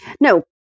No